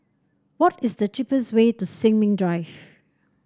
what is the cheapest way to Sin Ming Drive